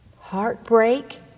heartbreak